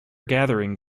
gathering